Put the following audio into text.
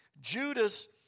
Judas